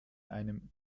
einem